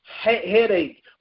headache